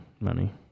money